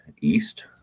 east